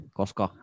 koska